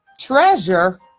treasure